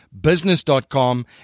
business.com